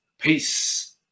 Peace